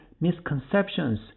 misconceptions